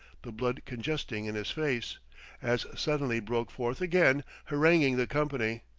the blood congesting in his face as suddenly broke forth again, haranguing the company.